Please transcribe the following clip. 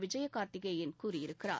விஜய கார்த்திகேயன் கூறியிருக்கிறார்